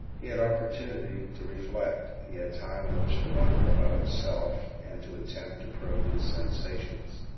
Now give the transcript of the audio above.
he had opportunity to reflect. he had time in which to wonder about himself and to attempt to probe his sensations.